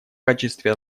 качестве